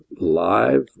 live